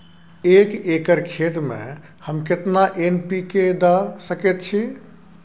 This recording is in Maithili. एक एकर खेत में हम केतना एन.पी.के द सकेत छी?